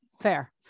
Fair